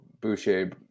Boucher